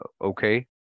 okay